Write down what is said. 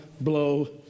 blow